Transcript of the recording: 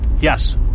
yes